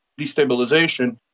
destabilization